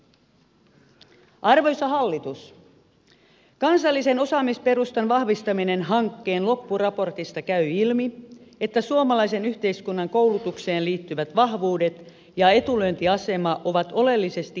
arvoisa hallitus kansallisen osaamisperustan vahvistaminen hankkeen loppuraportista käy ilmi että suomalaisen yhteiskunnan koulutukseen liittyvät vahvuudet ja etulyöntiasema ovat oleellisesti heikentyneet